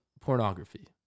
pornography